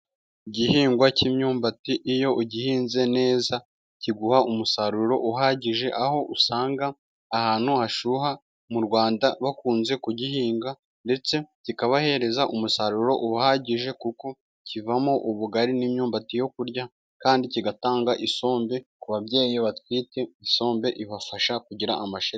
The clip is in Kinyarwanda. Igihingwa cy'imyumbati iyo ugihinze neza ,kiguha umusaruro uhagije, aho usanga ahantu hashyuha mu Rwanda bakunze ku gihinga, ndetse kikabahereza umusaruro uhagije kuko kivamo ubugari n'imyumbati yo kurya kandi kigatanga isombe. Ku babyeyi batwite , isombe ibafasha kugira amashereka